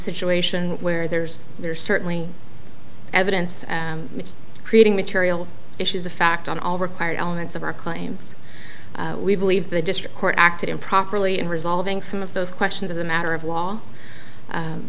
situation where there's there's certainly evidence creating material issues of fact on all required elements of our claims we believe the district court acted improperly in resolving some of those questions as a matter of law